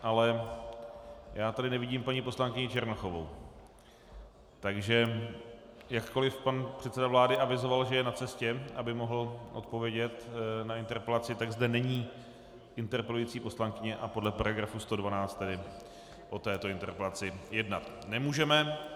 Ale já tady nevidím paní poslankyni Černochovou, takže jakkoliv pan předseda vlády avizoval, že je na cestě, aby mohl odpovědět na interpelaci, tak zde není interpelující poslankyně, a podle § 112 tedy o této interpelaci jednat nemůžeme.